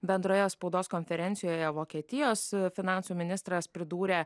bendroje spaudos konferencijoje vokietijos finansų ministras pridūrė